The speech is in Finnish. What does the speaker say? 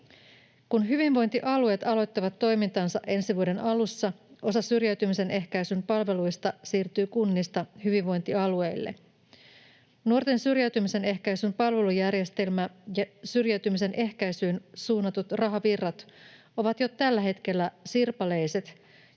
Kun hyvinvointialueet aloittavat toimintansa ensi vuoden alussa, osa syrjäytymisen ehkäisyn palveluista siirtyy kunnista hyvinvointialueille. Nuorten syrjäytymisen ehkäisyn palvelujärjestelmä ja syrjäytymisen ehkäisyyn suunnatut rahavirrat ovat jo tällä hetkellä sirpaleiset,